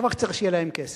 רק נותר שיהיו נגישים.